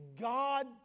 God